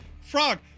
frog